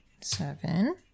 seven